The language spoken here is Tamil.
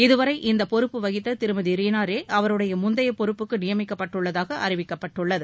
இதுவரை இப்பொறுப்பு வகித்த திருமதி ரினா ரே அவருடைய முந்தைய பொறுப்புக்கு நியமிக்கப்பட்டுள்ளதாக அறிவிக்கப்பட்டுள்ளது